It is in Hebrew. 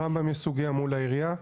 ברמב"ם יש סוגייה מול העירייה,